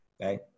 okay